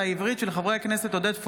והשלישית.